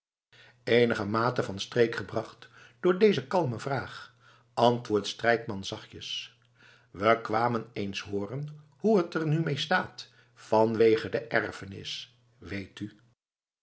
eenigermate van streek gebracht door deze kalme vraag antwoordt strijkman zachtjes we kwamen eens hooren hoe t er nu mee staat vanwegens de erfenis weet u